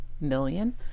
million